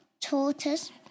tortoise